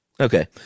Okay